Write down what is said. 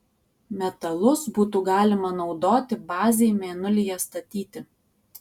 metalus būtų galima naudoti bazei mėnulyje statyti